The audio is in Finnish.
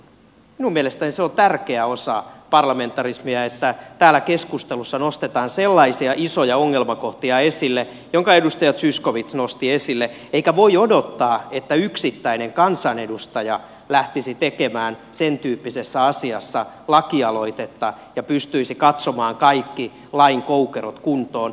minun mielestäni se on tärkeä osa parlamentarismia että täällä keskustelussa nostetaan esille sellaisia isoja ongelmakohtia jonka edustaja zyskowicz nosti esille eikä voi odottaa että yksittäinen kansanedustaja lähtisi tekemään sen tyyppisessä asiassa lakialoitetta ja pystyisi katsomaan kaikki lain koukerot kuntoon